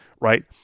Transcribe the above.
right